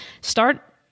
start